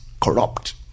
corrupt